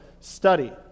study